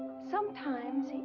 sometimes,